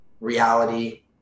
reality